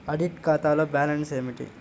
Audit ఖాతాలో balance ఏమిటీ?